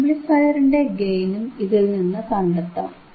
ആംപ്ലിഫയറിന്റെ ഗെയിനും ഇതിൽനിന്നു കണ്ടെത്താം